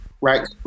right